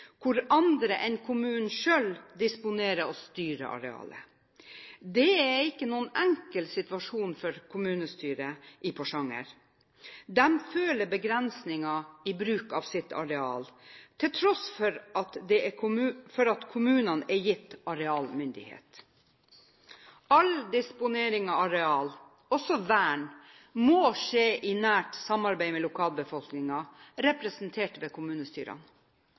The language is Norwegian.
hvor andre enn kommunen selv disponerer og styrer arealene. Det er ikke noen enkel situasjon for kommunestyret i Porsanger. De føler begrensning i bruk av sitt areal til tross for at kommunene er gitt arealmyndighet. All disponering av areal, også vern, må skje i nært samarbeid med lokalbefolkningen, representert ved kommunestyrene.